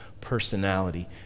personality